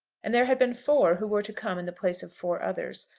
and there had been four who were to come in the place of four others,